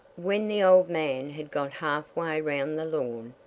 when the old man had got half way round the lawn,